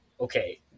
okay